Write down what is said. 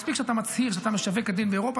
מספיק שאתה מצהיר שאתה משווק כדין באירופה,